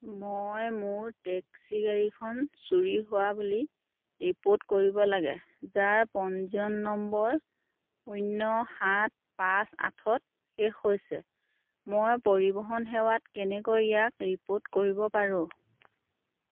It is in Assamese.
মই মোৰ টেক্সি গাড়ীখন চুৰি হোৱা বুলি ৰিপ'ৰ্ট কৰিব লাগে যাৰ পঞ্জীয়ন নম্বৰ শূন্য সাত পাঁচ আঠত শেষ হৈছে মই পৰিৱহণ সেৱাত কেনেকৈ ইয়াক ৰিপ'ৰ্ট কৰিব পাৰোঁ